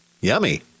Yummy